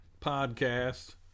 Podcast